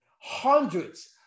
hundreds